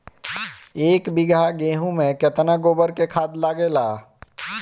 एक बीगहा गेहूं में केतना गोबर के खाद लागेला?